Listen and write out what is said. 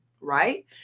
right